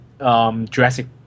Jurassic